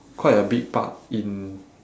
quite a big part in